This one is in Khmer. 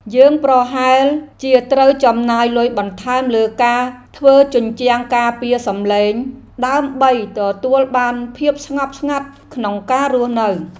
យើងប្រហែលជាត្រូវចំណាយលុយបន្ថែមលើការធ្វើជញ្ជាំងការពារសំឡេង ដើម្បីទទួលបានភាពស្ងប់ស្ងាត់ក្នុងការរស់នៅ។